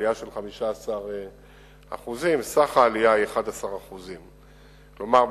עלייה של 15%. סך העלייה הוא 11%. כלומר,